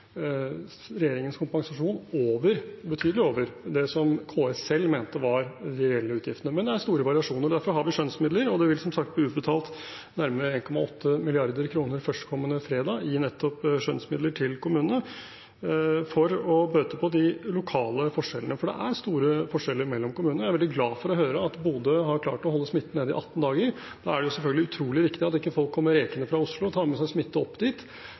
regjeringens kompensasjon betydelig over det KS selv mente var de reelle utgiftene. Men det er store variasjoner, og derfor har vi skjønnsmidler. Det vil som sagt bli utbetalt nærmere 1,8 mrd. kr førstkommende fredag i nettopp skjønnsmidler til kommunene for å bøte på de lokale forskjellene, for det er store forskjeller mellom kommunene. Jeg er veldig glad for å høre at Bodø har klart å holde smitten nede i 18 dager. Da er det selvfølgelig utrolig viktig at folk ikke kommer rekende fra Oslo og tar med seg smitte opp dit.